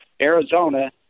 Arizona